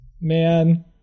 Man